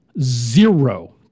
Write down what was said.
zero